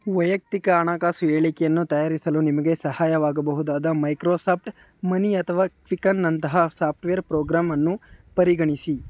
ವೈಯಕ್ತಿಕ ಹಣಕಾಸು ಹೇಳಿಕೆಯನ್ನು ತಯಾರಿಸಲು ನಿಮಗೆ ಸಹಾಯವಾಗಬಹುದಾದ ಮೈಕ್ರೋಸಾಫ್ಟ್ ಮನಿ ಅಥವಾ ಕ್ವಿಕನಂತಹ ಸಾಫ್ಟ್ವೇರ್ ಪ್ರೋಗ್ರಾಮನ್ನು ಪರಿಗಣಿಸಿ